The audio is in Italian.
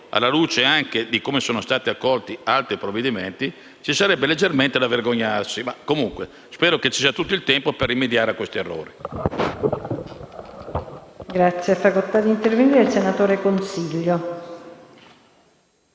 alla luce di come sono stati accolti altri provvedimenti, ci sarebbe leggermente da vergognarsi. Spero, comunque, che ci sarà tutto il tempo per rimediare a questi errori.